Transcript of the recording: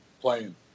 playing